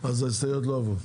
לא עברו.